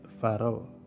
Pharaoh